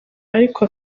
ariko